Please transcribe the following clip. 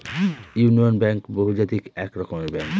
union bank বহুজাতিক এক রকমের ব্যাঙ্ক